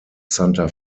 santa